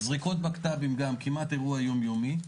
זריקות בקת"בים גם כמעט אירוע יום-יומי.